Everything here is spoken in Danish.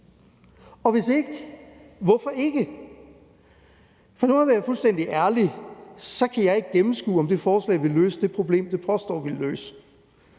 Og hvis ikke, hvorfor så ikke? For nu at være fuldstændig ærlig kan jeg ikke gennemskue, om det forslag vil løse det problem, det påstår at ville løse.